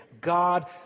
God